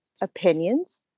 opinions